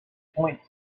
point